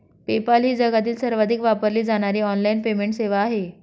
PayPal ही जगातील सर्वाधिक वापरली जाणारी ऑनलाइन पेमेंट सेवा आहे